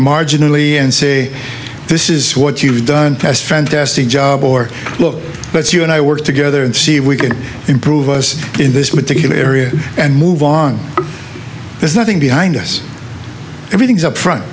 marginally and say this is what you've done as fantastic job or look but you and i work together and see if we can improve us in this particular area and move on there's nothing behind us everything's up front